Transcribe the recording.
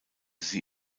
sie